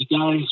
guys